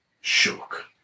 shook